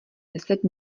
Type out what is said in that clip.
deset